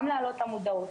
גם להעלות את המודעות,